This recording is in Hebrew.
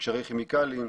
מגשרי כימיקלים,